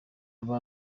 aba